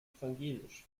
evangelisch